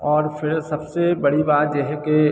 और फिर सबसे बड़ी बात जे है के